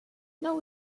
now